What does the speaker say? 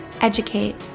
educate